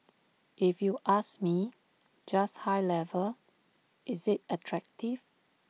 if you ask me just high level is IT attractive